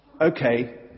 okay